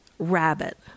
Rabbit